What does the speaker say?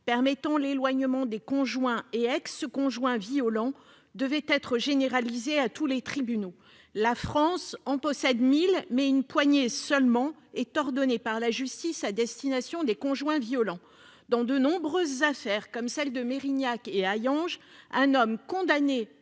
permettant l'éloignement des conjoints et ex-conjoints violents devait être généralisé à tous les tribunaux. La France en possède 1 000, mais une poignée seulement est ordonnée par la justice à destination des conjoints violents. Dans les affaires de Mérignac et d'Hayange, les hommes condamnés